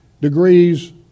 degrees